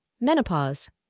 menopause